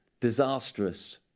disastrous